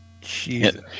Jesus